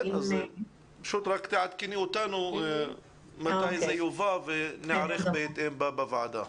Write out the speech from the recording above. תעדכני אותנו מתי זה יובא וניערך בהתאם בוועדה.